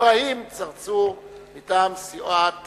אברהים צרצור מטעם סיעת